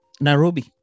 Nairobi